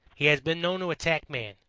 he has been known to attack man,